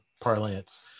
parlance